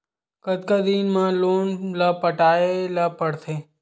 कतका दिन मा लोन ला पटाय ला पढ़ते?